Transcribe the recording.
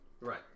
right